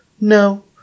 No